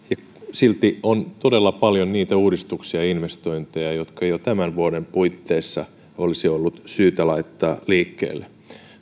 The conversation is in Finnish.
silti on todella paljon niitä uudistuksia ja investointeja jotka jo tämän vuoden puitteissa olisi ollut syytä laittaa liikkeelle